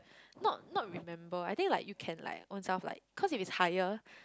not not remember I think like you can like own self like cause if it's higher